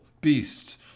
beasts